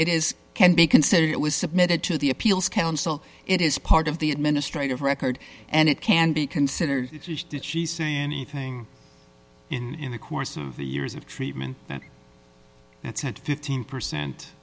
it is can be considered it was submitted to the appeals council it is part of the administrative record and it can be considered did she say anything in the course of the years of treatment that said fifteen percent